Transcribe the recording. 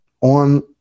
on